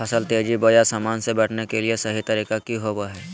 फसल तेजी बोया सामान्य से बढने के सहि तरीका कि होवय हैय?